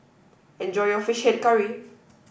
enjoy your fish head curry